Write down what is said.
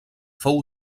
fou